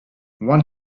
one